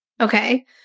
Okay